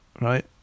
right